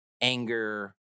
anger